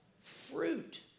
Fruit